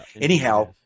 Anyhow